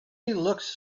looks